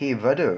!hey! brother